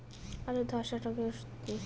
আলুর ধসা রোগের ওষুধ কি?